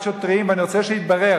אבל מה שקרה בשבת האחרונה,